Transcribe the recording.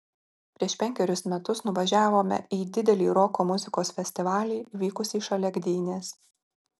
prieš penkerius metus nuvažiavome į didelį roko muzikos festivalį vykusį šalia gdynės